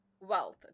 wealth